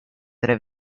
tre